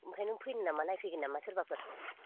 ओमफ्राय नों फैनो नामा नायफैगोन नामा सोरबाफोर